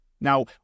Now